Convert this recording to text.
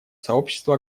сообщество